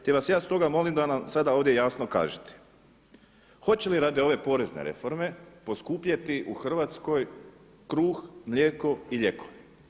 Te vas ja stoga molim da nam sada ovdje jasno kažete hoće li radi ove porezne reforme poskupjeti u Hrvatskoj kruh, mlijeko i lijekovi?